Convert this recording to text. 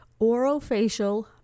orofacial